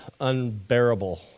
unbearable